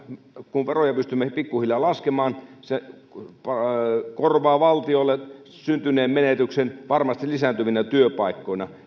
kun veroja pystymme pikkuhiljaa laskemaan se korvaa valtiolle syntyneen menetyksen varmasti lisääntyvinä työpaikkoina